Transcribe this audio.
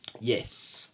Yes